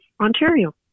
Ontario